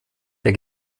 der